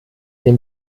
dem